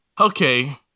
Okay